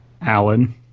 Alan